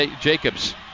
Jacobs